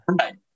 Right